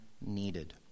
needed